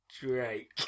Drake